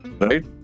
right